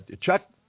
chuck